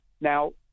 Now